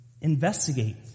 investigate